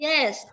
Yes